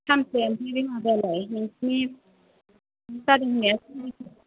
सानबेसे माबायालाय नोंसिनि